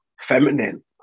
feminine